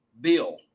Bill